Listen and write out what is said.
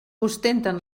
ostenten